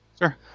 Sure